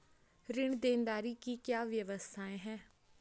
ऋण देनदारी की क्या क्या व्यवस्थाएँ हैं?